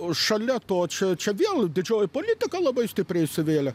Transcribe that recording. šalia to čia čia vėl didžioji politika labai stipriai įsivėlė